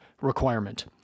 requirement